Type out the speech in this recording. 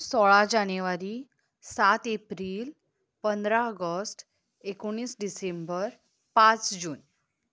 सोळा जानेवरी सात एप्रील पंदरा अगस्ट एकुणीस डिसेंबर पांच जून